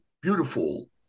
beautiful